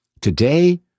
today